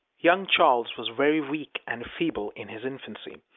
young charles was very weak and feeble in his infancy.